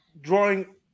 drawing